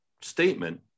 statement